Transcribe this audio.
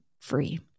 free